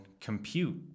compute